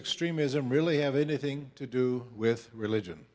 extremism really have anything to do with religion